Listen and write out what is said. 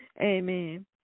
Amen